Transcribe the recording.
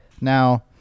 Now